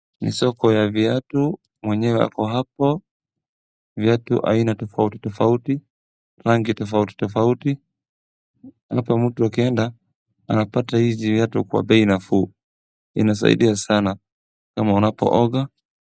Ni soko ya viatu, mwenyewe ako hapo, viatu aina tofauti tofauti, rangi tofauti tofauti, hapa mtu akienda, anapata hizi viatu kwa bei nafuu, inasaidia sana kama unapo oga.